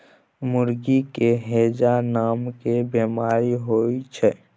मुर्गी के हैजा नामके बेमारी होइ छै